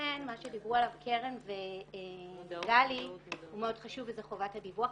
ולכן מה שדיברו עליו קרן וגלי הוא מאוד חשוב וזה חובת הדיווח,